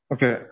Okay